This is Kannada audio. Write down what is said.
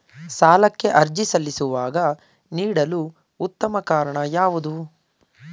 ಸಾಲಕ್ಕೆ ಅರ್ಜಿ ಸಲ್ಲಿಸುವಾಗ ನೀಡಲು ಉತ್ತಮ ಕಾರಣ ಯಾವುದು?